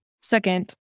Second